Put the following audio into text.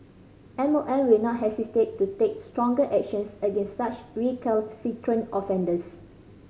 M O M will not hesitate to take stronger actions against such recalcitrant offenders